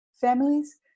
families